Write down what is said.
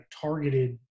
targeted